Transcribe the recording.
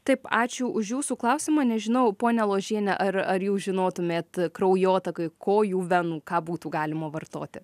taip ačiū už jūsų klausimą nežinau ponia ložiene ar ar jau žinotumėt kraujotakai kojų venų ką būtų galima vartoti